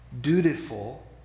dutiful